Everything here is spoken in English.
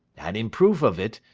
and in proof of it,